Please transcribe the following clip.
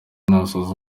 nasoza